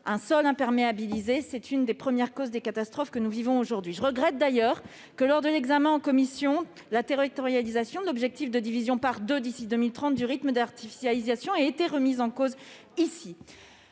des sols est une des premières causes des catastrophes que nous vivons aujourd'hui. Je regrette d'ailleurs que, lors de l'examen de ce texte en commission, la territorialisation de l'objectif de division par deux d'ici à 2030 du rythme d'artificialisation ait été remise en cause par